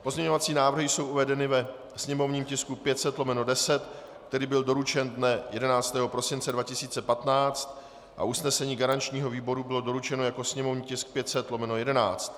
Pozměňovací návrhy jsou uvedeny ve sněmovním tisku 500/10, který byl doručen dne 11. prosince 2015, a usnesení garančního výboru bylo doručeno jako sněmovní tisk 500/11.